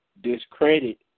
discredit